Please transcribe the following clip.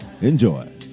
enjoy